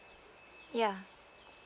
yeah